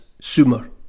Sumer